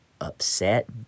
upset